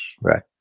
Right